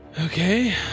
okay